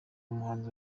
umuhanzi